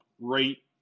rate